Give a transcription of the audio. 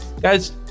Guys